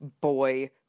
boy